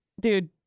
dude